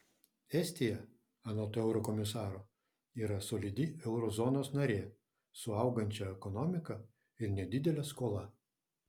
estija anot eurokomisaro yra solidi euro zonos narė su augančia ekonomika ir nedidele skola